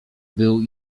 był